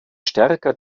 stärker